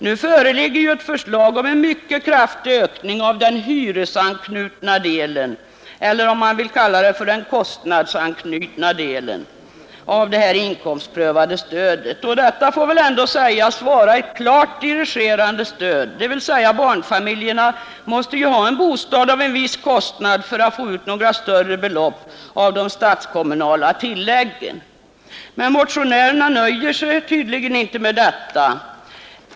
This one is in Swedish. Nu föreligger ett förslag om en mycket kraftig ökning av den hyresanknutna delen — eller om man vill kalla det för den kostnadsanknutna delen — av det inkomstprövade stödet. Detta får väl ändå sägas vara ett klart dirigerande stöd. Barnfamiljerna måste ju ha en bostad till en viss kostnad för att få ut några större belopp av de statliga och kommunala tilläggen. Men motionärerna nöjer sig tydligen inte med detta.